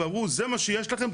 ואמרו זה מה שיש לכם,